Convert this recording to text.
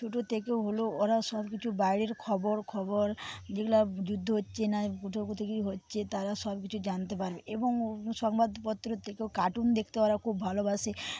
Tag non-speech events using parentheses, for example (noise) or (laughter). ছোটো থেকে হলেও ওরা সব কিছু বাইরের খবর খবরগুলো যুদ্ধ হচ্ছে নাই (unintelligible) হচ্ছে তারা সব কিছু জানতে পারবে এবং অন্য সংবাদপত্র থেকেও কার্টুন দেখতে ওরা খুব ভালোবাসে